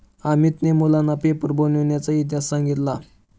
अमितने मुलांना पेपर बनविण्याचा इतिहास सांगितला